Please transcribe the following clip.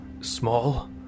small